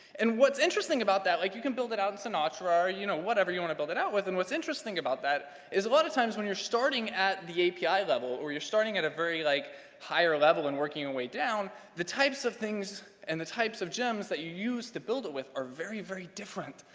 and what's interesting about that, like you can build it out in sinatra or you know whatever you want to build it out with and what's interesting about that is a lot of times when you're starting at the api level or you're starting at a very like higher level and working your way down, the types of things and the types of gems that you use to build it with are very, very different.